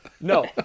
No